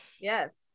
Yes